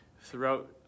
throughout